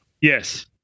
Yes